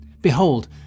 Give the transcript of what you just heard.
behold